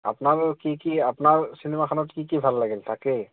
আপোনাৰ কি কি আপোনাৰ চিনেমাখত কি কি ভাল লাগিল তাকেই